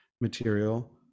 material